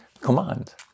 command